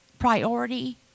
priority